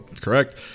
correct